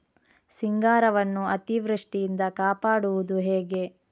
ಸಿಂಗಾರವನ್ನು ಅತೀವೃಷ್ಟಿಯಿಂದ ಕಾಪಾಡುವುದು ಹೇಗೆ?